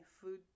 food